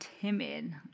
timid